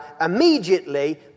immediately